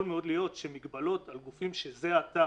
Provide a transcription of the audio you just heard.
מאוד להיות שמגבלות על גופים שזה עתה